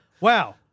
Wow